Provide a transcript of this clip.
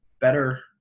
better